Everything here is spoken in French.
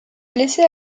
blessé